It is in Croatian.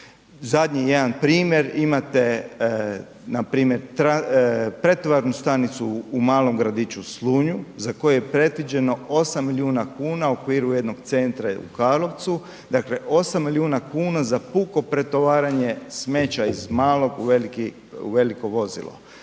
Zadnji jedan primjer imate npr. Pretovarnu stanicu u malom gradiću Slunju za koju je predviđeno 8 milijuna kuna u okviru jednoj centra i u Karlovcu, dakle 8 milijuna kuna za puko pretovaranje smeća iz malog u veliko vozilo.